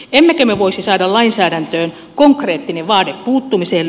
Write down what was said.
emmekö me voisi saada lainsäädäntöön konkreettisen vaateen puuttumiselle